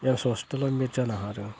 AIIMS हस्पिटालाव मिट जानो हादों